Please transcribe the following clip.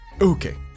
Okay